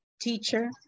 teacher